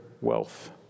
wealth